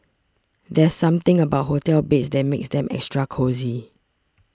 there's something about hotel beds that makes them extra cosy